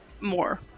more